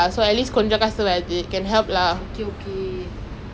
I pre-ordered it though like um it's coming lah it's coming soon